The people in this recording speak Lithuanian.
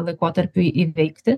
laikotarpiui įveikti